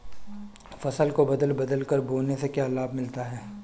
फसल को बदल बदल कर बोने से क्या लाभ मिलता है?